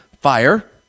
fire